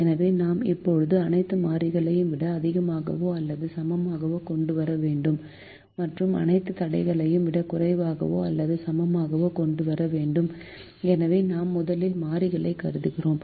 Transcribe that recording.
எனவே நாம் இப்போது அனைத்து மாறிகளையும் விட அதிகமாகவோ அல்லது சமமாகவோ கொண்டு வர வேண்டும் மற்றும் அனைத்து தடைகளையும் விட குறைவாகவோ அல்லது சமமாகவோ கொண்டு வர வேண்டும் எனவே நாம் முதலில் மாறிகளைக் கருதுகிறோம்